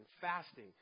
fasting